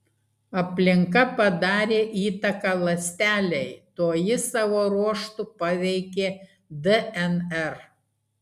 aplinka padarė įtaką ląstelei toji savo ruožtu paveikė dnr